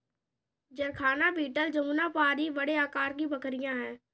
जरखाना बीटल जमुनापारी बड़े आकार की बकरियाँ हैं